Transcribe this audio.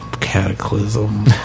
Cataclysm